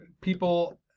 people